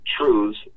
truths